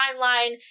timeline